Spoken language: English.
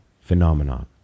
phenomenon